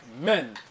men